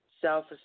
self